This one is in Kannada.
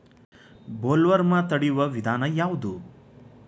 ಬೊಲ್ವರ್ಮ್ ತಡಿಯು ವಿಧಾನ ಯಾವ್ದು?